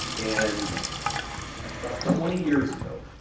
and about twenty years ago,